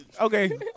okay